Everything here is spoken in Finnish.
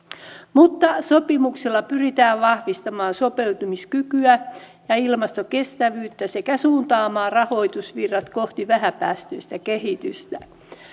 mutta sopimuksella pyritään vahvistamaan sopeutumiskykyä ja ilmastokestävyyttä sekä suuntaamaan rahoitusvirrat kohti vähäpäästöistä kehitystä